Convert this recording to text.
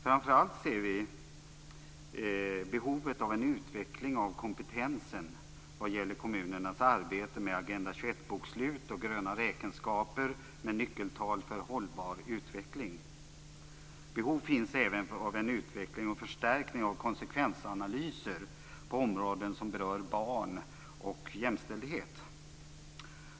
Framför allt ser vi behovet av en utveckling av kompetensen vad gäller kommunernas arbete med Agenda 21-bokslut och gröna räkenskaper med nyckeltal för hållbar utveckling. Behov finns även av en utveckling och förstärkning av konsekvensanalyser på områden som berör barn och jämställdhet.